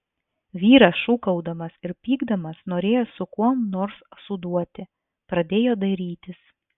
vyras šūkaudamas ir pykdamas norėjo su kuom nors suduoti pradėjo dairytis